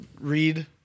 read